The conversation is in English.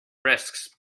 risks